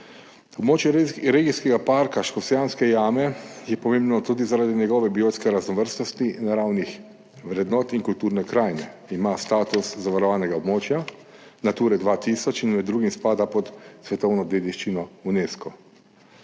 Območje regijskega parka Škocjanske jame je pomembno tudi zaradi njegove biotske raznovrstnosti, naravnih vrednot in kulturne krajine. Ima status zavarovanega območja Nature 2000 in med drugim spada pod svetovno dediščino Unesco.